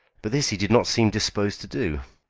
but this he did not seem disposed to do.